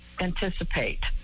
anticipate